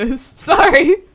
Sorry